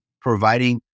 providing